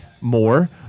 more